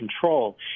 control